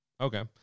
okay